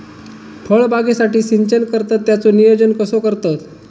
फळबागेसाठी सिंचन करतत त्याचो नियोजन कसो करतत?